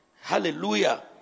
Hallelujah